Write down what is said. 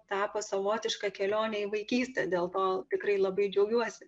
tapo savotiška kelione į vaikystę dėl to tikrai labai džiaugiuosi